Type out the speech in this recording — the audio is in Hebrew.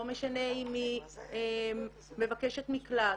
לא משנה אם היא מבקשת מקלט